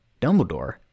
Dumbledore